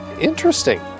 interesting